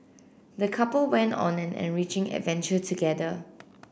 the couple went on an enriching adventure together